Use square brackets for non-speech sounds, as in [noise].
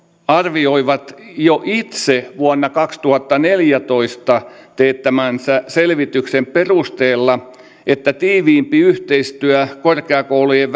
arvioivat itse jo vuonna kaksituhattaneljätoista teettämänsä selvityksen perusteella että tiiviimpi yhteistyö korkeakoulujen [unintelligible]